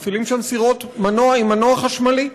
ומפעילים שם סירות עם מנוע חשמלי.